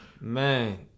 Man